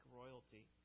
royalty